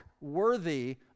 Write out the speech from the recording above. worthy